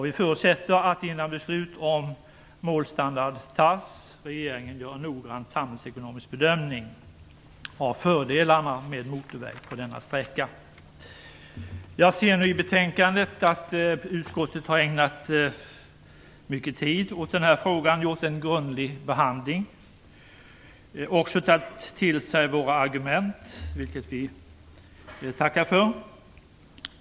Vi förutsätter att regeringen gör en noggrann samhällsekonomisk bedömning av fördelarna med motorväg på denna sträcka innan beslut om målstandard fattas. Jag ser i betänkandet att utskottet har ägnat mycket tid åt den här frågan och gjort en grundlig behandling och också tagit till sig våra argument, vilket vi vill tacka för.